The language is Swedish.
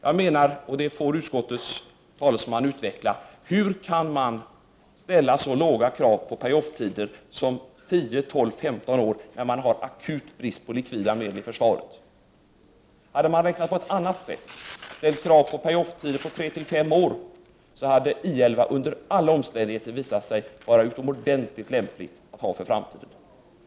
Hur kan man — det får utskottets talesman utveckla — ställa så låga krav på pay-off-tider som 10, 12 och 15 år, när man har akut brist på likvida medel i försvaret? Hade man räknat på ett annat sätt, ställt krav på pay-off-tider på 3-5 år, hade I 11 under alla omständigheter visat sig vara utomordentligt lämpligt att ha för framtiden.